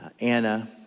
Anna